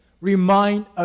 remind